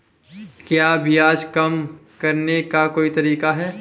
क्या ब्याज कम करने का कोई तरीका है?